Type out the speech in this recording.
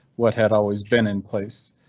what had always been in place?